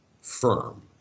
firm